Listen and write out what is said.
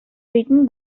written